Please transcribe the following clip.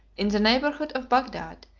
in the neighborhood of bagdad,